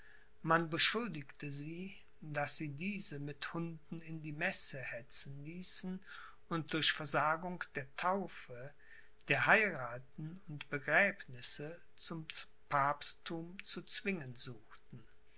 man beschuldigte sie daß sie diese mit hunden in die messe hetzen ließen und durch versagung der taufe der heirathen und begräbnisse zum papstthum zu zwingen suchten